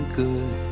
good